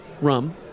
rum